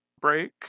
break